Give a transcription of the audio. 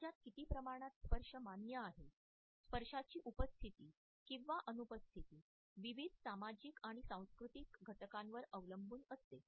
समाजात किती प्रमाणात स्पर्श मान्य आहे स्पर्शाची उपस्थिती किंवा अनुपस्थिती विविध सामाजिक आणि सांस्कृतिक घटकांवर अवलंबून असते